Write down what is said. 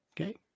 Okay